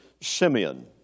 Simeon